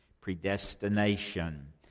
predestination